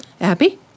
Abby